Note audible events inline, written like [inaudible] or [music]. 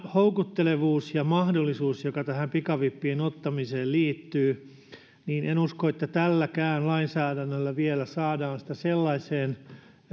houkuttelevuutta ja mahdollisuutta joka pikavippien ottamiseen liittyy [unintelligible] [unintelligible] [unintelligible] tälläkään lainsäädännöllä vielä saadaan sellaiseen